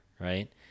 right